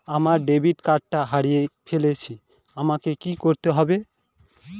আমার ডেবিট কার্ডটা হারিয়ে ফেলেছি আমাকে কি করতে হবে?